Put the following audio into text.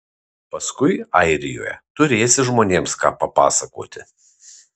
paskui airijoje turėsi žmonėms ką papasakoti